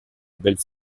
belle